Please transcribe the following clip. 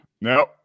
No